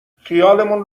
خیالمون